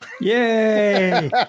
Yay